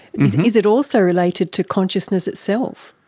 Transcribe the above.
is it also related to consciousness itself?